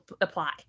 apply